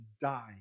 die